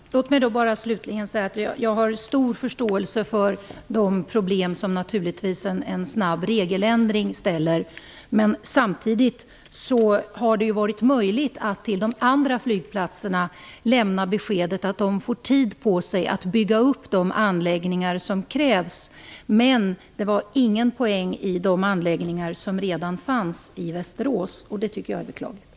Fru talman! Låt mig bara slutligen säga att jag har stor förståelse för de problem som en snabb regeländring innebär. Samtidigt har det varit möjligt att lämna besked till de andra flygplatserna om att de får tid på sig att bygga upp de anläggningar som krävs. Det var ingen poäng med de anläggningar som redan fanns i Västerås. Det tycker jag är beklagligt.